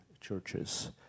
churches